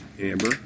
Amber